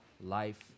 life